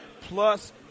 plus